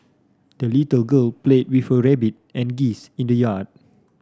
the little girl play with her rabbit and geese in the yard